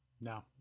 No